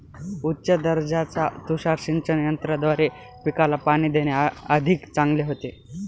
उच्च दर्जाच्या तुषार सिंचन यंत्राद्वारे पिकाला पाणी देणे अधिक चांगले होते